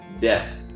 death